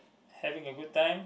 having a good time